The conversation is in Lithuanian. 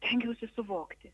stengiausi suvokti